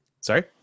Sorry